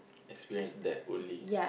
experience that only